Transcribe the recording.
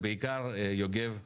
ובעיקר, יוגב,